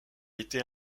été